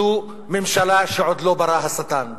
זו ממשלה שעוד לא ברא השטן.